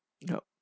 yup